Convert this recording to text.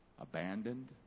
abandoned